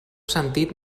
sentit